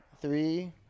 three